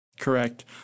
Correct